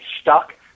stuck